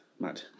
mad